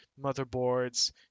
motherboards